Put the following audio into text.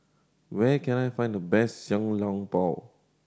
where can I find the best Xiao Long Bao